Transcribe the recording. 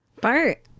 Bart